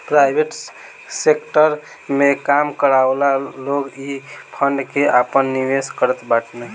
private sector में काम करेवाला लोग इ फंड में आपन निवेश करत बाने